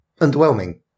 underwhelming